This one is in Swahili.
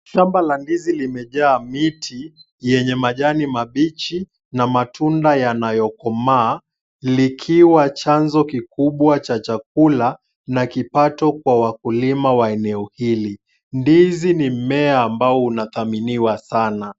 Shamba la ndizi limejaa miti, yenye majani mabichi na matunda yanayokomaa, likiwachanzo kikubwa cha chakula, na kipato kwa wakulima wa eneo hili. Ndizi ni mmea ambao unadhaminiwa sana.